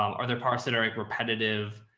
um are there parts that are repetitive?